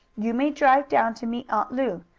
you may drive down to meet aunt lu.